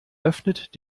öffnet